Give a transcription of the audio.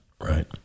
Right